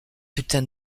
putain